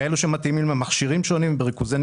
אנשים.